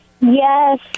Yes